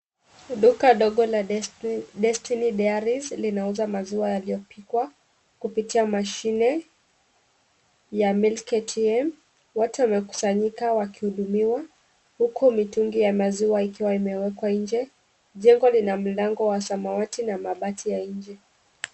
Duka ndogo la Destiny Dairies linauza maziwa yaliyopikwa kupitia mashine ya milk ATM. Watu wamekusanyika wakihudumiwa huku mitungi ya maziwa ikiwa imewekwa nje. Jengo lina mlango wa samawati na mabati ya nje.